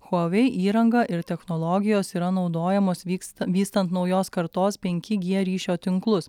huawei įranga ir technologijos yra naudojamos vykst vystant naujos kartos penki g ryšio tinklus